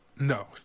No